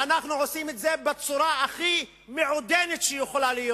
ואנחנו עושים את זה בצורה הכי מעודנת שיכולה להיות.